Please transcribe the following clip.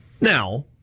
Now